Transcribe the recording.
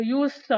use